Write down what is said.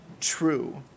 true